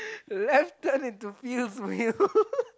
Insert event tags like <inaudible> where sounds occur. left turn into Fieldsville <laughs>